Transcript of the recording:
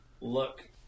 look